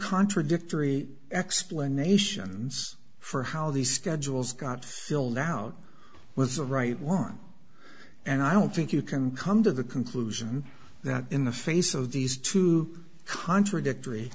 contradictory explanations for how the schedules got filled out was the right one and i don't think you can come to the conclusion that in the face of these two contradictory